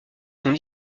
sont